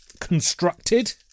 constructed